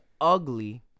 ugly